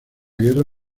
guerra